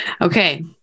Okay